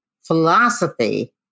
philosophy